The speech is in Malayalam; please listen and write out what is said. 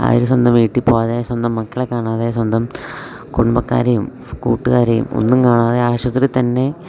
അവർ സ്വന്തം വീട്ടിൽ പോവാതെ സ്വന്തം മക്കളെ കാണാതെ സ്വന്തം കുടുംബക്കാരെയും കൂട്ടുകാരെയും ഒന്നും കാണാതെ ആശുപത്രിയിൽ തന്നെ